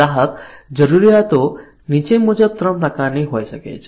ગ્રાહક જરૂરિયાતો નીચે મુજબ 3 પ્રકારની હોઈ શકે છે